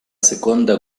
seconda